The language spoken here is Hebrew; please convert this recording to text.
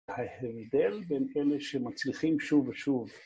ההבדל בין אלה שמצליחים שוב ושוב.